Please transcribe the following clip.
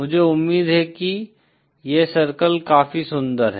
मुझे उम्मीद है कि यह सर्कल काफी सुंदर है